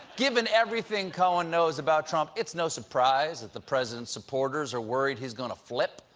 given everything cohen knows about trump, it's no surprise that the president's supporters are worried he's going to flip.